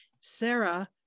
Sarah